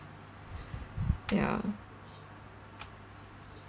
ya